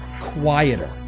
quieter